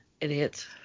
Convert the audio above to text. Idiots